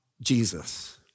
Jesus